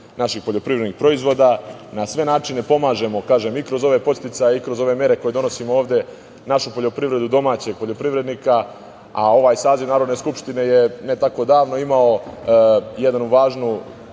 naših poljoprivrednih proizvoda, na sve načine pomažemo, i kroz ove podsticaje i kroz ove mere koje donosimo ovde, našu poljoprivredu, domaćeg poljoprivrednika. Ovaj saziv Narodne skupštine je ne tako davno imao jednu važnu